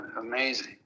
amazing